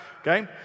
okay